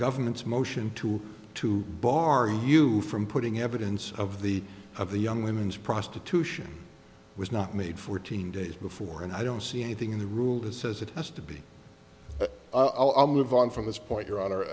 government's motion to to bar you from putting evidence of the of the young women's prostitution was not made fourteen days before and i don't see anything in the rule that says it has to be i'll move on from this point you